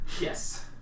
yes